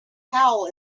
howl